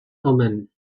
omen